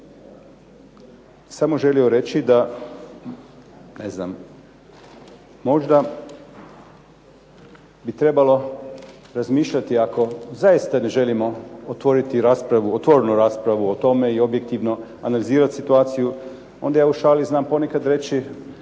samo želio reći da ne znam možda bi trebalo razmišljati ako zaista ne želimo otvorenu raspravu o tome i objektivno analizirati situaciju, onda ja u šali znam ponekad reći